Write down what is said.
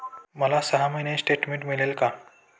मला सहा महिन्यांचे स्टेटमेंट मिळेल का?